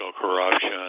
corruption